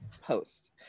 Post